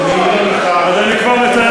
זה לא קיבוץ, אז אני כבר מסיים.